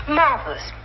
marvelous